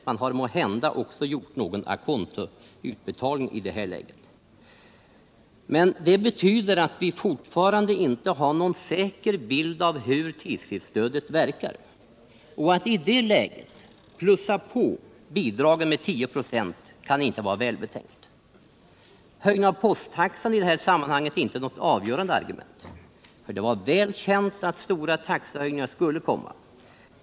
Man har kanhända också gjort någon å contoutbetalning i det här läget. Men det betyder att vi fortfarande inte har någon säker bild av hur tidskriftsstödet verkar. Att i det läget plussa på bidragen med 10 926 kan inte vara välbetänkt. Höjningen av posttaxan är i det här sammanhanget inte något avgörande argument för det var väl känt att stora taxehöjningar skulle komma.